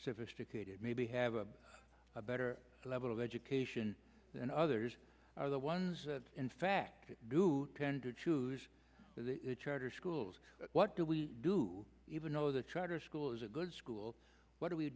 sophisticated maybe have a better level of education than others are the ones that in fact do tend to choose the charter schools what do we do even though the charter school is a good school what do we